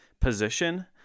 position